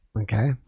Okay